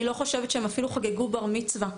אני לא חושבת שהם אפילו חגגו בר מצווה,